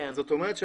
זאת אומרת,